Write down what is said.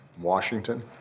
Washington